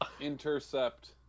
Intercept